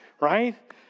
right